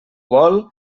vol